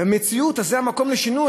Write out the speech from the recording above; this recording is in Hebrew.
זה המקום לשינוי.